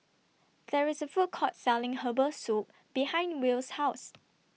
There IS A Food Court Selling Herbal Soup behind Will's House